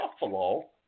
Buffalo